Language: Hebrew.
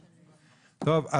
טוב,